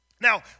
Now